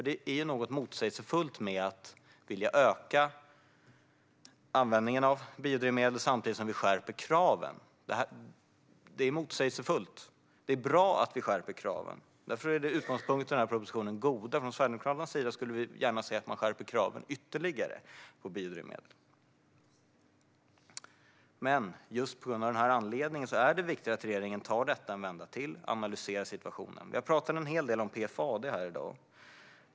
Det är något motsägelsefullt med att vilja öka användningen av biodrivmedel samtidigt som vi skärper kraven. Det är motsägelsefullt. Det är bra att vi skärper kraven. Därför är utgångspunkterna i denna proposition goda. Från Sverigedemokraternas sida skulle vi gärna se att man skärper kraven på biodrivmedel ytterligare. Men av just denna anledning är det viktigt att regeringen tar detta en vända till och analyserar situationen. Vi har pratat en hel del om PFAD i dag.